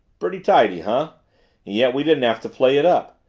pretty tidy huh and yet we didn't have to play it up.